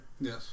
Yes